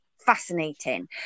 fascinating